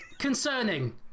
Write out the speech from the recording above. Concerning